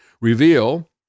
reveal